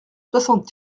soixante